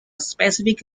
specific